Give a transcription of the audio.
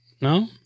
No